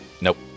Nope